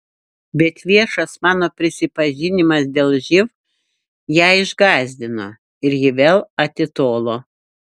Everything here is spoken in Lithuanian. bet viešas mano prisipažinimas dėl živ ją išgąsdino ir ji vėl atitolo